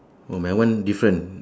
oh my one different